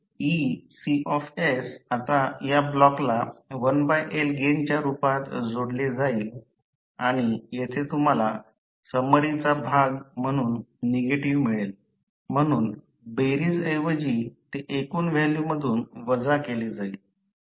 तर Ecs आता या ब्लॉकला 1L गेनच्या रुपात जोडले जाईल आणि येथे तुम्हाला समरीचा भाग म्हणून नेगेटिव्ह मिळेल म्हणून बेरीज ऐवजी ते एकूण व्हॅल्यू मधुन वजा केले जाईल